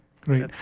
Great